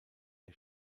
der